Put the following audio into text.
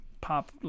pop